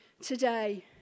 today